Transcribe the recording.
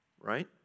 right